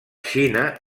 xina